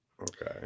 Okay